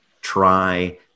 try